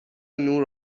نور